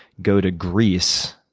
go to greece,